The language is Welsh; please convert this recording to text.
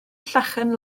llechen